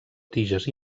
tiges